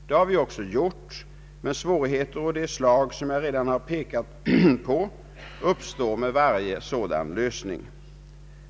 Det har vi också gjort, men svårigheter av de slag som jag redan har pekat på uppstår med varje sådan lösning.